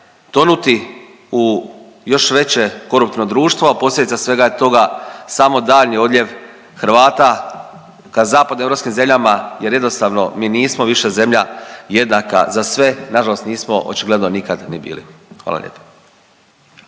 tonuti u još veće koruptivno društvo, a posljedica je svega toga samo daljnji odljev Hrvata ka zapadnoeuropskim zemljama jer jednostavno mi nismo više zemlja jednaka za sve. Nažalost nismo očigledno nikad ni bili. Hvala lijepo.